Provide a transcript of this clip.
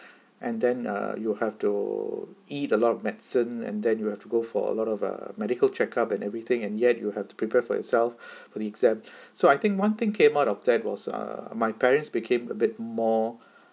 and then uh you have to eat a lot of medicine and then you have to go for a lot of uh medical check up and everything and yet you have to prepare for yourself for the exam so I think one thing came out of that was err my parents became a bit more